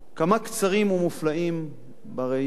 כמה קצרים ומופלאים בראייה